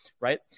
right